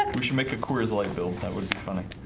like we should make a core is light bill. that would be funny